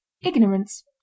Ignorance